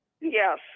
Yes